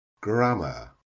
Grammar